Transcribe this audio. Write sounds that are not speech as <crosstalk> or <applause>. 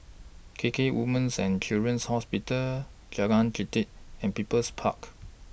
K K Women's and Children's Hospital Jalan Jelita and People's Park <noise>